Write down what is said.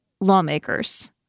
lawmakers